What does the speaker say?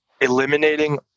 eliminating